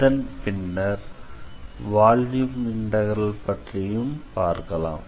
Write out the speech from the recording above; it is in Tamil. அதன் பின்னர் வால்யும் இன்டெக்ரல் பற்றி பார்க்கலாம்